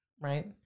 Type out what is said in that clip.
Right